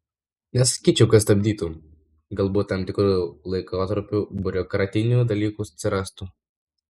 nesakyčiau kad stabdytų galbūt tam tikru laikotarpiu biurokratinių dalykų atsirastų